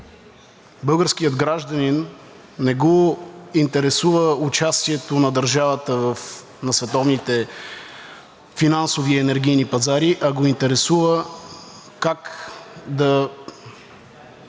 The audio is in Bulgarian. българският гражданин не го интересува участието на държавата на световните финансови и енергийни пазари, а го интересува как да